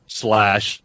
slash